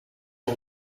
uwa